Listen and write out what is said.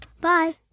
Bye